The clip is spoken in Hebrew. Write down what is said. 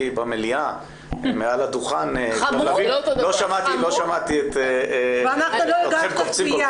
במליאה מעל הדוכן ולא שמעתי אתכם קופצים.